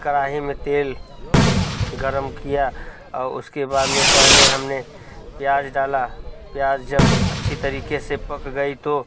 कड़ाही में तेल गर्म किया और उसके बाद में पहले हमने प्याज डाला प्याज जब अच्छी तरीके से पक गई तो